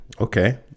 Okay